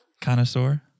Connoisseur